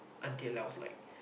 until I was like